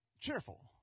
cheerful